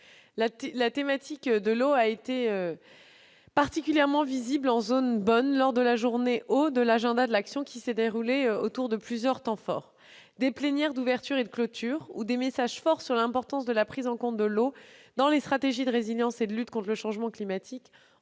La thématique de l'eau a été particulièrement visible en zone « Bonn » lors de la journée « eau » de l'agenda de l'action, qui s'est déroulée autour de plusieurs temps forts : des plénières d'ouverture et de clôture où des messages forts sur l'importance de la prise en compte de l'eau dans les stratégies de résilience et de lutte contre le changement climatique ont été délivrés.